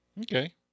Okay